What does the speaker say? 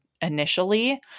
initially